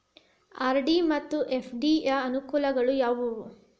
RD ಮತ್ತು FD ಯ ಅನುಕೂಲಗಳು ಯಾವವು?